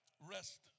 rest